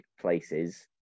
places